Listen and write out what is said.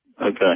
Okay